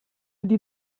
ydy